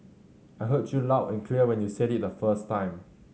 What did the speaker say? I heard you loud and clear when you said it the first time